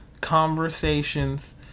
conversations